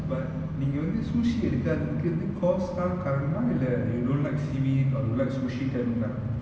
but நீங்க வந்து:neenga vanthu sushi எடுக்காததுக்கு வந்து:edukaathathuku vanthu cost தா காரணமா இல்ல:thaa kaaranamaa illa you don't like seaweed or you like sushi தான் காரணமா:thaan kaaranamaa